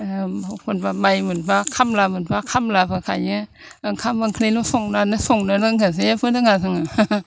एखनब्ला माइ मोनब्ला खामला मोनब्ला खामलाबो गायो ओंखाम ओंख्रिल' संनो रोङो जेबो रोङा जोङो